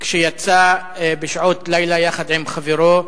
כשיצא בשעות לילה יחד עם חברו,